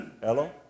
Hello